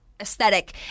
aesthetic